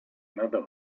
another